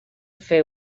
fer